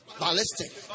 Ballistic